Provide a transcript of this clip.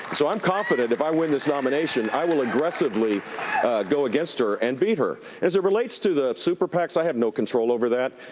so i'm confident if i win this nomination, i will aggressively go against her and beat her. as it relates to the super pacs, i have no control over that.